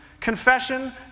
confession